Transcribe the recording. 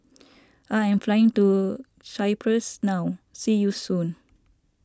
I am flying to Cyprus now see you soon